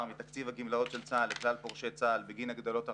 מתקציב הגמלאות של צה"ל לכלל פורשי צה"ל בגין הגדלות הרמטכ"ל.